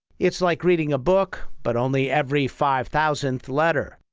it's like reading a book, but only every five thousandth letter.